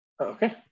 Okay